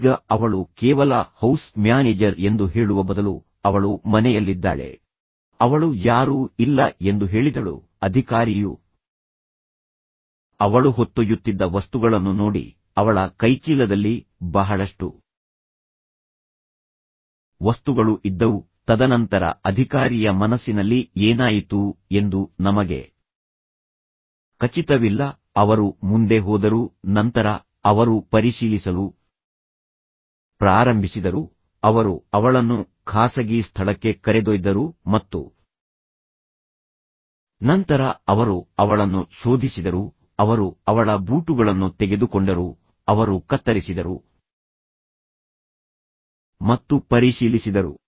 ಈಗ ಅವಳು ಕೇವಲ ಹೌಸ್ ಮ್ಯಾನೇಜರ್ ಎಂದು ಹೇಳುವ ಬದಲು ಅವಳು ಮನೆಯಲ್ಲಿದ್ದಾಳೆ ಅವಳು ಯಾರೂ ಇಲ್ಲ ಎಂದು ಹೇಳಿದಳು ಅಧಿಕಾರಿಯು ಅವಳು ಹೊತ್ತೊಯ್ಯುತ್ತಿದ್ದ ವಸ್ತುಗಳನ್ನು ನೋಡಿ ಅವಳ ಕೈಚೀಲದಲ್ಲಿ ಬಹಳಷ್ಟು ವಸ್ತುಗಳು ಇದ್ದವು ತದನಂತರ ಅಧಿಕಾರಿಯ ಮನಸ್ಸಿನಲ್ಲಿ ಏನಾಯಿತು ಎಂದು ನಮಗೆ ಖಚಿತವಿಲ್ಲ ಅವರು ಮುಂದೆ ಹೋದರು ನಂತರ ಅವರು ಪರಿಶೀಲಿಸಲು ಪ್ರಾರಂಭಿಸಿದರು ಅವರು ಅವಳನ್ನು ಖಾಸಗಿ ಸ್ಥಳಕ್ಕೆ ಕರೆದೊಯ್ದರು ಮತ್ತು ನಂತರ ಅವರು ಅವಳನ್ನು ಶೋಧಿಸಿದರು ಅವರು ಅವಳ ಬೂಟುಗಳನ್ನು ತೆಗೆದುಕೊಂಡರು ಅವರು ಕತ್ತರಿಸಿದರು ಮತ್ತು ಪರಿಶೀಲಿಸಿದರು